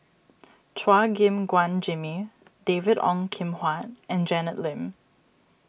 Chua Gim Guan Jimmy David Ong Kim Huat and Janet Lim